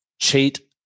cheat